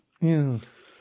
Yes